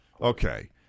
okay